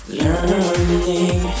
learning